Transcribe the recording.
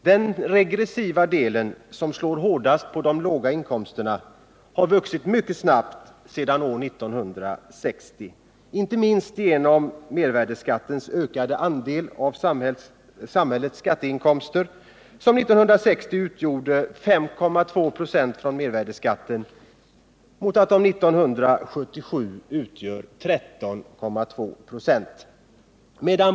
Den regressiva delen, som slår hårdast på de låga inkomsterna, har vuxit mycket snabbt sedan 1960 —-inte minst genom mervärdeskattens ökade andel av samhällets skatteinkomster. 1960 utgjorde mervärdeskatten 5,2 96 av samhällets skatteinkomster mot att den 1977 utgjorde 13,2 96.